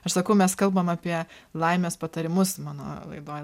aš sakau mes kalbam apie laimės patarimus mano laidoj